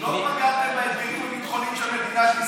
לא פגעתם באתגרים הביטחוניים של מדינת ישראל?